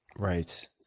right.